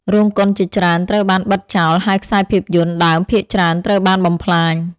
រោងកុនជាច្រើនត្រូវបានបិទចោល ហើយខ្សែភាពយន្តដើមភាគច្រើនត្រូវបានបំផ្លាញ។